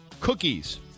cookies